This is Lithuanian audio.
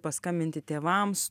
paskambinti tėvams